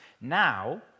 Now